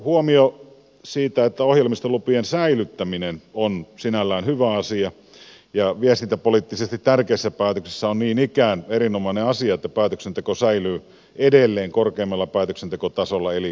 huomio siitä että ohjelmistolupien säilyttäminen on sinällään hyvä asia ja viestintäpoliittisesti tärkeissä päätöksissä on niin ikään erinomainen asia että päätöksenteko säilyy edelleen korkeimmalla päätöksentekotasolla eli valtioneuvostolla